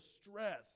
stress